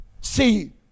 See